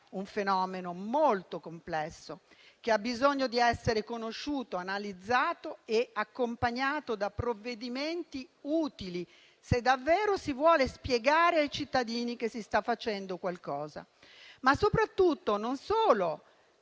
un fenomeno molto complesso che ha bisogno di essere conosciuto, analizzato e accompagnato da provvedimenti utili se davvero si vuole spiegare ai cittadini che si sta facendo qualcosa. Non solo non vengono